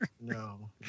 no